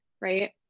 right